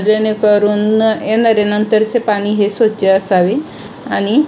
जेणेकरून येणारे नंतरचे पाणी हे स्वच्छ असावे आणि